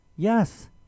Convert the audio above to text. Yes